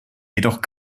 jedoch